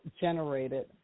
generated